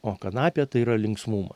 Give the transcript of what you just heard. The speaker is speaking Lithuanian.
o kanapė tai yra linksmumo